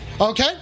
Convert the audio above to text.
okay